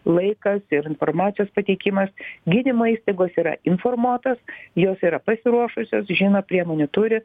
laikas ir informacijos pateikimas gydymo įstaigos yra informuotos jos yra pasiruošusios žino priemonių turi